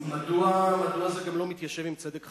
מדוע זה גם לא מתיישב עם צדק חלוקתי?